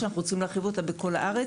ואנחנו רוצים להרחיב אותה עכשיו בכל הארץ,